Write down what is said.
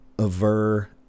aver